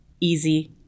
easy